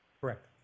Correct